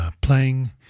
playing